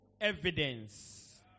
evidence